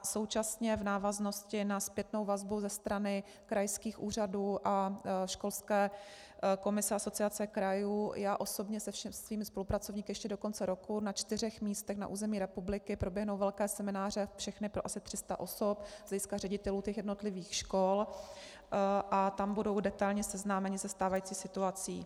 Současně v návaznosti na zpětnou vazbu ze strany krajských úřadů a školské komise Asociace krajů já osobně se svými spolupracovníky ještě do konce roku na čtyřech místech na území republiky proběhnou velké semináře, všechny asi pro 300 osob, z hlediska ředitelů těch jednotlivých škol, a tam budou detailně seznámeni se stávající situací.